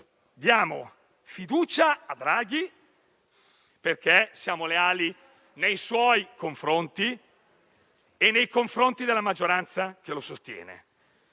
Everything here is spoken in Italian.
diamo fiducia a Draghi, perché siamo leali nei suoi confronti e nei confronti della maggioranza che lo sostiene.